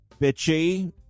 bitchy